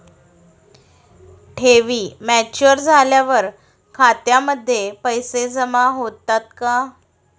ठेवी मॅच्युअर झाल्यावर खात्यामध्ये पैसे जमा होतात का?